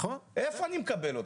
איפה אני מקבל אותה?